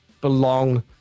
belong